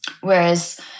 Whereas